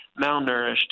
malnourished